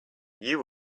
you